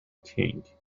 king